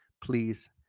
please